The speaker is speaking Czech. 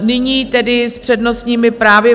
Nyní tedy s přednostními právy.